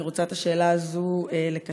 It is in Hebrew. ואני רוצה לקשר את השאלה הזו לבורמה.